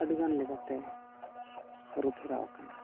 ᱟᱹᱰᱤᱜᱟᱱ ᱞᱮᱠᱟᱛᱮ ᱟᱹᱨᱩ ᱯᱷᱮᱨᱟᱣ ᱠᱟᱱᱟ